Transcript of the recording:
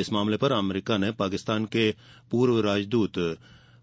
इस मामले पर अमरीका में पाकिस्तान के पूर्व राजदूत